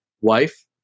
wife